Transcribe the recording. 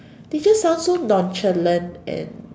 they just sound so nonchalant and